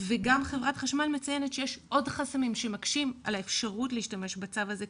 וגם חברת החשמל מציינת שיש עוד חסמים שמקשים על האפשרות להשתמש בצו הזה,